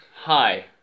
Hi